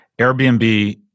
Airbnb